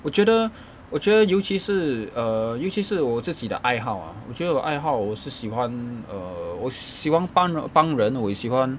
我觉得我觉得尤其是 err 尤其是我自己的爱好 ah 我觉得我爱好我是喜欢 err 我喜欢帮帮人我也喜欢